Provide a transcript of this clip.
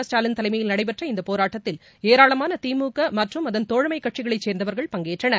ஸ்டாலின் தலைமையில் நடைபெற்ற இந்தபோராட்டத்தில் ஏராளமானதிமுகமற்றும் அகுன் தோழமைகட்சிகளைசேர்ந்தவர்கள் பங்கேற்றனர்